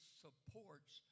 supports